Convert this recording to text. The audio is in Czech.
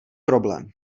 problém